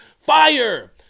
fire